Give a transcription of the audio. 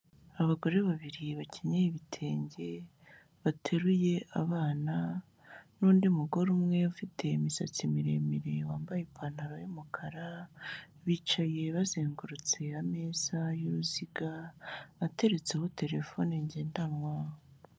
Abagore babiri bakinyeye ibitenge bateruye abana n'undi mugore umwe ufite imisatsi miremire wambaye ipantaro y'umukara, bicaye bazengurutse ameza y'uruziga ateretseho terefone ngendanwa.